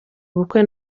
ubukwe